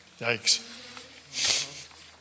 Yikes